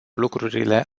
lucrurile